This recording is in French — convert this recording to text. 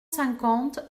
cinquante